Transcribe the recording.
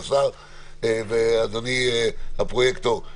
כבוד השר ואדוני הפרויקטור,